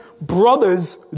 brothers